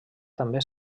també